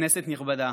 כנסת נכבדה,